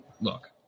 look